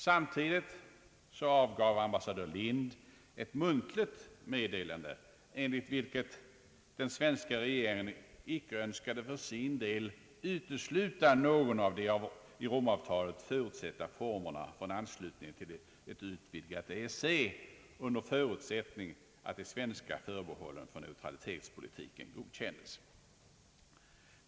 Samtidigt avgav ambassadör Lind ett muntligt meddelande, enligt vilket den svenska regeringen för sin del icke önskade utesluta någon av de i Romavtalet förutsedda formerna för anslutning till ett utvidgat EEC under förutsättning att de svenska förbehållen för neutralitetspolitiken godkändes.